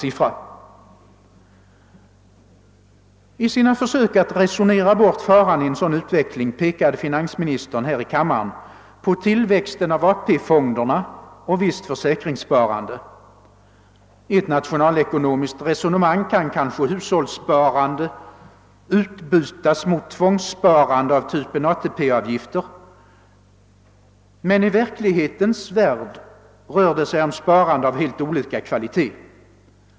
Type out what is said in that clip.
I sina försök att resonera bort faran av en sådan utveckling pekade finansministern här i kammaren på tillväxten av AP-fonderna och visst försäkringssparande. I ett nationalekonomiskt resonemang kan kanske hushållssparande utbytas mot tvångssparande av typen ATP-avgifter, men i verklighetens värld rör det sig om sparande av helt olika kvaliteter.